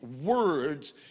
words